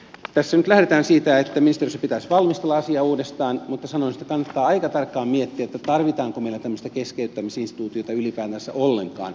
tässä nyt lähdetään siitä että ministeriössä pitäisi valmistella asia uudestaan mutta sanoisin että kannattaa aika tarkkaan miettiä tarvitaanko meillä tämmöistä keskeyttämisinstituutiota ylipäätänsä ollenkaan